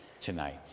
tonight